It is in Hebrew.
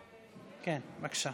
בבקשה,